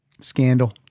Scandal